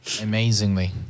Amazingly